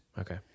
Okay